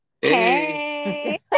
hey